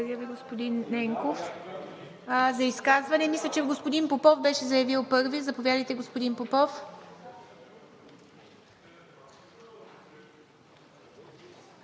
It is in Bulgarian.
Благодаря Ви, господин Ненков. За изказване мисля, че господин Попов беше заявил първи. Заповядайте, господин Попов.